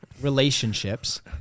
relationships